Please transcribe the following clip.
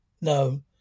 No